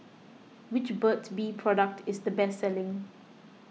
which Burt's Bee product is the best selling